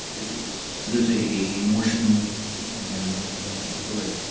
there's a a motion, do we have that on the floor? okay.